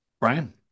Brian